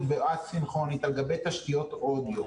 וא-סינכרונית על גבי תשתיות אודיו.